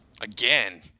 again